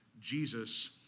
Jesus